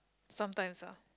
sometimes lah